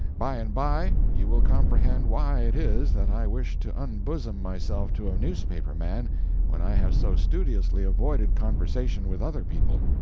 bye and bye you will comprehend why it is that i wish to unbosom myself to a newspaper man when i have so studiously avoided conversation with other people.